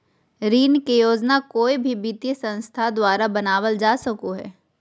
ऋण के योजना कोय भी वित्तीय संस्था द्वारा बनावल जा सको हय